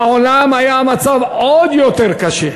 בעולם היה המצב עוד יותר קשה.